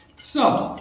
so